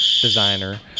designer